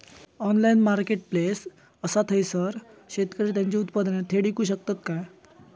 Online marketplace असा थयसर शेतकरी त्यांची उत्पादने थेट इकू शकतत काय?